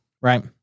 Right